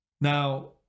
Now